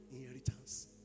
inheritance